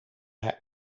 hij